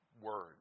word